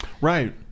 right